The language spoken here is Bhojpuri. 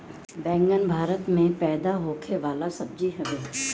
बैगन भारत में पैदा होखे वाला सब्जी हवे